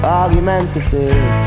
argumentative